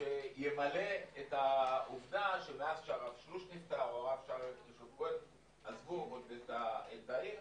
שימלא את העובדה שמאז שהרב שלוש נפטר או הרב שאר ישוב עזבו את העיר